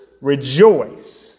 rejoice